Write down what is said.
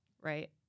right